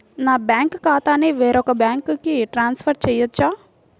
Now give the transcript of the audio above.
నా బ్యాంక్ ఖాతాని వేరొక బ్యాంక్కి ట్రాన్స్ఫర్ చేయొచ్చా?